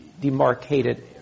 demarcated